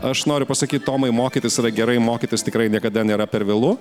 aš noriu pasakyt tomai mokytis yra gerai mokytis tikrai niekada nėra per vėlu